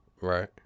Right